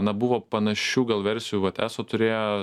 na buvo panašių gal versijų vat eso turėjo